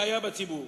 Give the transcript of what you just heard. הטעיית הציבור.